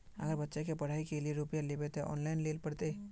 अगर बच्चा के पढ़ाई के लिये रुपया लेबे ते ऑनलाइन लेल पड़ते?